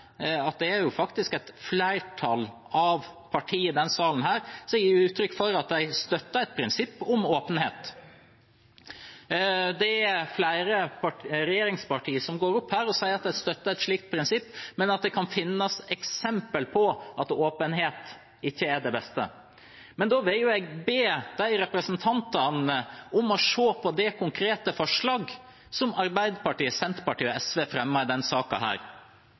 at det faktisk er et flertall av partiene i denne salen som gir uttrykk for at de støtter et prinsipp om åpenhet. Det er flere regjeringspartier som går opp her og sier at de støtter et slikt prinsipp, men at det kan finnes eksempler på at åpenhet ikke er det beste. Da vil jeg be de representantene om å se på det konkrete forslaget som Arbeiderpartiet, Senterpartiet og SV har fremmet i